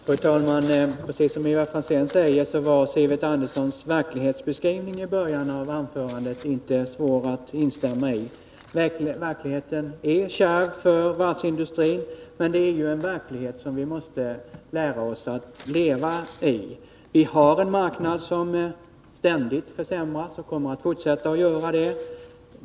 Fru talman! Precis som Ivar Franzén sade, var Sivert Anderssons verklighetsbeskrivning i början av hans anförande inte svår att instämma i. Verkligheten är kärv för varvsindustrin, men det är ju en verklighet som vi måste lära oss att leva i. Vi har en marknad som ständigt försämras. Den kommer att fortsätta att försämras.